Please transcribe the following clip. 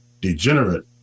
degenerate